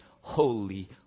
holy